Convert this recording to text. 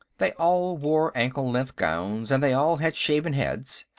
they all wore ankle-length gowns, and they all had shaven heads.